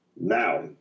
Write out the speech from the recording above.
Now